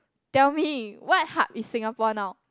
tell me what hub is Singapore now